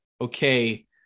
okay